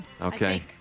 Okay